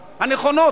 הנכונות,